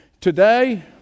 Today